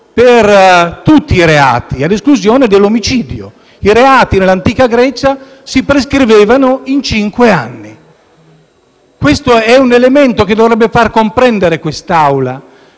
per tutti i reati, ad esclusione dell'omicidio. I reati nell'antica Grecia si prescrivevano in cinque anni. Questo è un elemento che dovrebbe far comprendere a quest'Aula